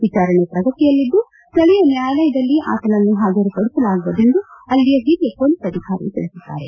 ವಿಚಾರಣೆ ಪ್ರಗತಿಯಲ್ಲಿದ್ದು ಸ್ಥಳೀಯ ನ್ಯಾಯಾಲಯದಲ್ಲಿ ಆತನನ್ನು ಹಾಜರುಪಡಿಸಲಾಗುವುದು ಎಂದು ಅಲ್ಲಿಯ ಹಿರಿಯ ಪೊಲೀಸ್ ಅಧಿಕಾರಿ ತಿಳಿಸಿದ್ದಾರೆ